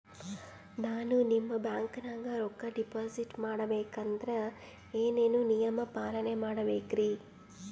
ನಾನು ನಿಮ್ಮ ಬ್ಯಾಂಕನಾಗ ರೊಕ್ಕಾ ಡಿಪಾಜಿಟ್ ಮಾಡ ಬೇಕಂದ್ರ ಏನೇನು ನಿಯಮ ಪಾಲನೇ ಮಾಡ್ಬೇಕ್ರಿ?